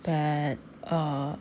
but err